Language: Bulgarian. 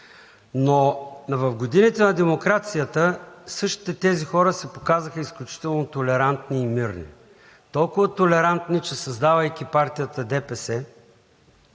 Но в годините на демокрацията същите тези хора се показаха изключително толерантни и мирни. Толкова толерантни, че, създавайки партията ДПС,